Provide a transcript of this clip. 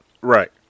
Right